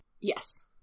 Yes